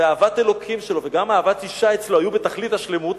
ואהבת האלוקים שלו וגם אהבת אשה אצלו היו בתכלית השלמות,